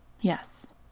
Yes